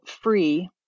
free